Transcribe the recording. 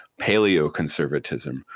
paleoconservatism